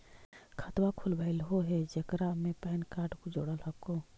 खातवा खोलवैलहो हे जेकरा मे पैन कार्ड जोड़ल हको?